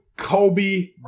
Kobe